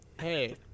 Hey